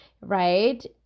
right